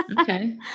Okay